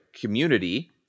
Community